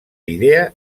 idea